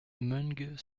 meung